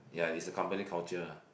ya is a company culture ah